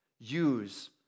use